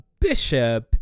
bishop